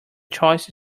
choice